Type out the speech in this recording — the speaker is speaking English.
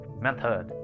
method